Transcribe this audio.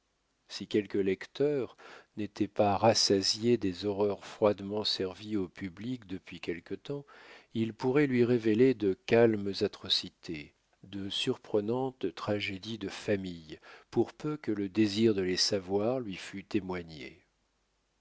si quelque lecteur n'était pas rassasié des horreurs froidement servies au public depuis quelque temps il pourrait lui révéler de calmes atrocités de surprenantes tragédies de famille pour peu que le désir de les savoir lui fût témoigné